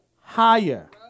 higher